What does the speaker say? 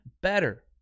better